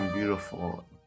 Beautiful